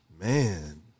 Man